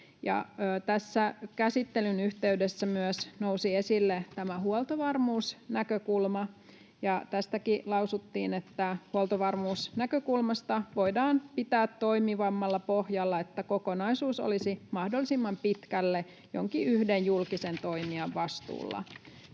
Tässä käsittelyn yhteydessä nousi esille myös tämä huoltovarmuusnäkökulma, ja tästäkin lausuttiin, että huoltovarmuusnäkökulmasta voidaan pitää toimivammalla pohjalla, että kokonaisuus olisi mahdollisimman pitkälle jonkin yhden julkisen toimijan vastuulla.